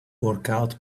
workout